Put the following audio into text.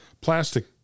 plastic